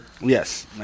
Yes